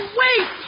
wait